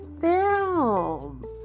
film